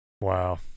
wow